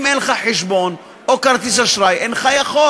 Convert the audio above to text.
אם אין לך חשבון, או כרטיס אשראי, אינך יכול.